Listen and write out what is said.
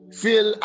feel